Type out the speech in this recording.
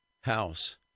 house